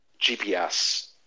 GPS